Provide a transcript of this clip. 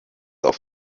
auf